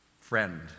friend